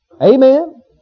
amen